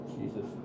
Jesus